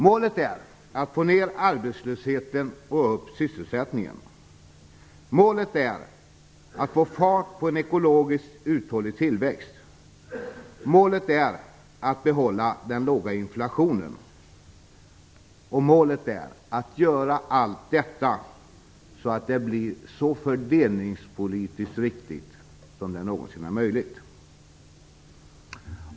Målet är att få ner arbetslösheten och få upp sysselsättningen. Målet är att få fart på en ekologiskt uthållig tillväxt. Målet är att behålla den låga inflationen. Och målet är att göra allt detta så fördelningspolitiskt riktigt som det någonsin är möjligt.